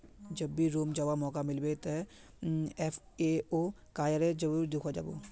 जब भी रोम जावा मौका मिलबे तो एफ ए ओ कार्यालय जरूर देखवा जा बो